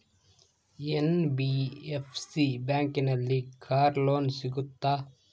NBFC ಬ್ಯಾಂಕಿನಲ್ಲಿ car loan ಸಿಗುತ್ತಾ?